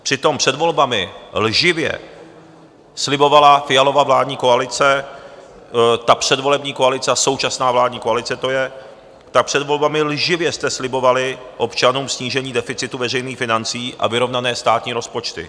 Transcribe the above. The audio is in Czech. Přitom před volbami lživě slibovala Fialova vládní koalice, ta předvolební koalice a současná vládní koalice to je, tak před volbami lživě jste slibovali občanům snížení deficitu veřejných financí a vyrovnané státní rozpočty.